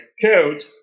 code